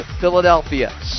Philadelphia